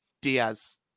Diaz